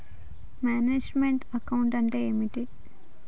Manage meant account అంటే ఏమిటి?